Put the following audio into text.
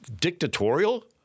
dictatorial